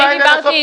היא מייצגת את חברת